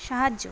সাহায্য